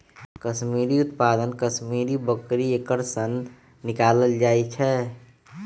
कस्मिरीके उत्पादन कस्मिरि बकरी एकर सन निकालल जाइ छै